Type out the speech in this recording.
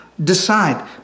Decide